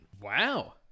wow